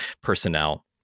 personnel